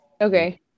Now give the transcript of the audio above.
Okay